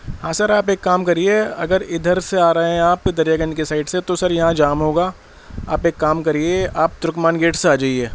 ہاں سر آپ ایک کام کریے اگر ادھر سے آ رہے ہیں آپ تو دریا گنج کی سائڈ سے تو سر یہاں جام ہوگا آپ ایک کام کریے آپ ترکمان گیٹ سے آ جائیے